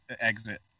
exit